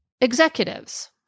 executives